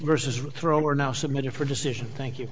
versus thrower now submitted for decision thank you